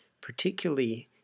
particularly